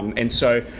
and so,